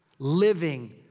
living.